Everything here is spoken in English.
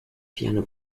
piano